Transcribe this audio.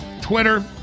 Twitter